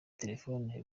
telefoni